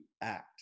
act